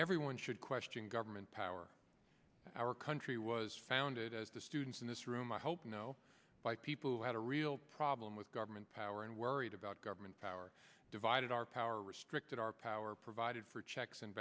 everyone should question government power our country was founded as the students in this room i hope you know by people who had a real problem with government power and worried about government power divided our power restricted our power provided for checks and